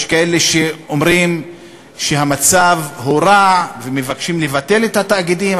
יש כאלה שאומרים שהמצב הורע ומבקשים לבטל את התאגידים,